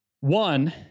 one